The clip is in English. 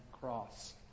cross